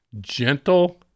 gentle